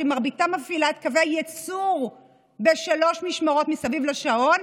שמרביתה מפעילה את קווי הייצור בשלוש משמרות מסביב לשעון,